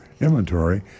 inventory